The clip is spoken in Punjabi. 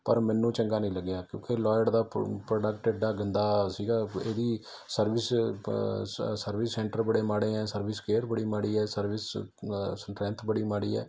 ਪਰ ਮੈਨੂੰ ਚੰਗਾ ਨਹੀਂ ਲੱਗਿਆ ਕਿਉਂਕਿ ਲੋਇਡ ਦਾ ਪ ਪ੍ਰੋਡਕਟ ਐਡਾ ਗੰਦਾ ਸੀਗਾ ਇਹਦੀ ਸਰਵਿਸ ਬ ਸ ਸਰਵਿਸ ਸੈਂਟਰ ਬੜੇ ਮਾੜੇ ਹੈ ਸਰਵਿਸ ਕੇਅਰ ਬੜੀ ਮਾੜੀ ਹੇ ਸਰਵਿਸ ਸਟਰੈਂਥ ਬੜੀ ਮਾੜੀ ਹੈ